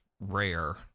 rare